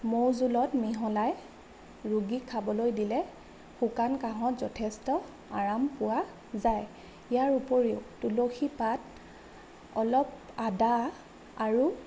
মৌ জোলত মিহলাই ৰোগীক খাবলৈ দিলে শুকান কাহত যথেষ্ট আৰাম পোৱা যায় ইয়াৰ উপৰিও তুলসিৰ পাত অলপ আদা আৰু